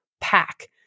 pack